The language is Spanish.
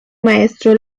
maestro